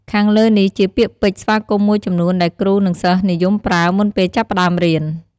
ខាងលើនេះជាពាក្យពេចន៍ស្វាគមន៍មួយចំនួន ដែលគ្រូ និងសិស្សនិយមប្រើ មុនពេលចាប់ផ្ដើមរៀន។